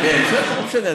בסדר, בסדר.